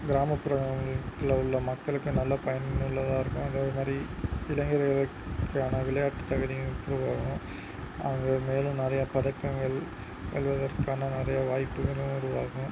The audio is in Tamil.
கிராமப்புறம் இடத்துல உள்ள மக்களுக்கு நல்ல பயனுள்ளதாக இருக்கும் அதேமாதிரி இளைஞர்களுக்கு இடையேயான விளையாட்டு தகுதியும் இம்ப்ரூவ் ஆகும் அவங்க மேலும் நிறையா பதக்கங்கள் வெல்லுவதற்கான நிறைய வாய்ப்புகளும் உருவாகும்